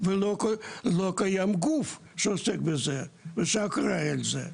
ולא קיים גוף שעוסק בזה ושאחראי על זה.